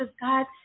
God